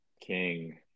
King